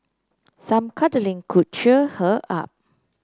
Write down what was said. some cuddling could cheer her up